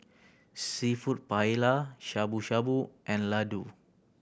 Seafood Paella Shabu Shabu and Ladoo